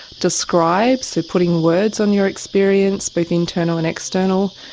describe, so putting words on your experience, both internal and external,